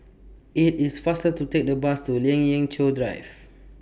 IT IS faster to Take The Bus to Lien Ying Chow Drive